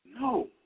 No